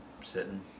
sitting